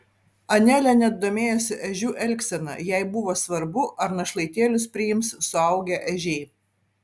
anelė net domėjosi ežių elgsena jai buvo svarbu ar našlaitėlius priims suaugę ežiai